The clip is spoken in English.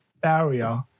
barrier